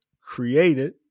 created